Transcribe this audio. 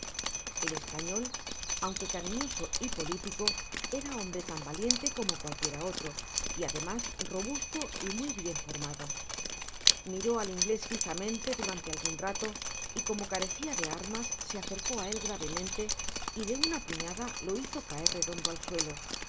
el español aunque cariñoso y político era hombre tan valiente como cualquiera otro y ademas robusto y muy bien formado miró al inglés fijamente durante algun rato y como carecía de armas r se acercó á él gravemente y de una puñada lo hizo caer redondo al suelo á